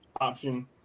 option